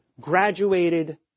Graduated